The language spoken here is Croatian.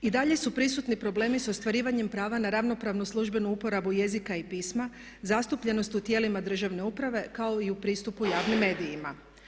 I dalje su prisutni problemi sa ostvarivanjem prava na ravnopravnu službenu uporabu jezika i pisma, zastupljenost u tijelima državne uprave kao i u pristupu javnim medijima.